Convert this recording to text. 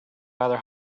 rather